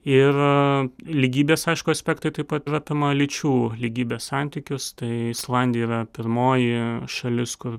ir lygybės aišku aspektai taip pat apima lyčių lygybės santykius tai islandija yra pirmoji šalis kur